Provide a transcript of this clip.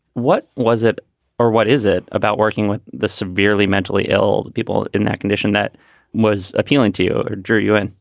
what was it or what is it about working with the severely mentally ill people in that condition that was appealing to you or draw you? and